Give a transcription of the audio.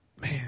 Man